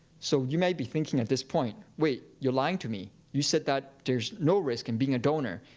so you may be thinking at this point, wait, you're lying to me. you said that there's no risk in being a donor.